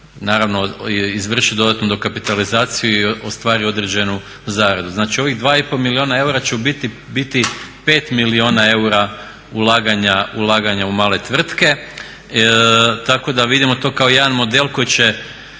naravno izvrši dodatnu dokapitalizaciju i ostvari određenu zaradu. Znači, ovih 2,5 milijuna eura će u biti biti 5 milijuna eura ulaganja u male tvrtke. Tako da vidimo to kao jedan model koji će